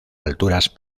alturas